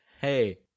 Hey